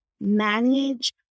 manage